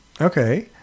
okay